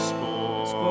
Sports